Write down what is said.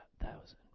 thousand